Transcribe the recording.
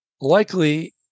likely